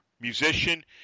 musician